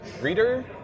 reader